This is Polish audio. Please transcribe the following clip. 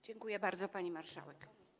Dziękuję bardzo, pani marszałek.